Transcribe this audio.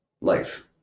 life